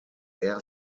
air